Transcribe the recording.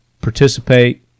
participate